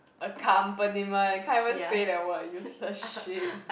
accompaniment you can't even say that word useless shit